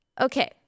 Okay